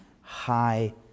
high